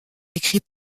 écrit